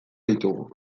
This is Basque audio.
ditugu